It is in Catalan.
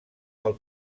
pel